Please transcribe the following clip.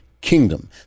KINGDOM